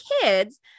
kids